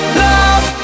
love